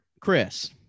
Chris